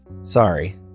Sorry